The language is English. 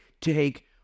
take